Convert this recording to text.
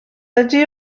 ydy